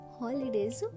holidays